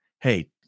hey